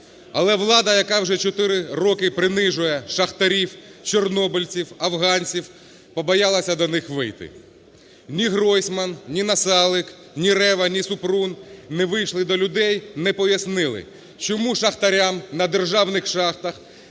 Але влада, яка вже 4 роки принижує шахтарів, чорнобильців, афганців побоялася до них вийти. Ні Гройсман, ні Насалик, ні Рева, ні Супрун не вийшли до людей не пояснили, чому шахтарям на державних шахтах